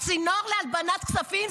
הצינור להלבנת כספים,